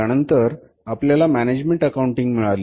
त्यानंतर आपल्याला management accounting मिळाली